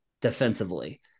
defensively